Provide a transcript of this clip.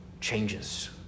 changes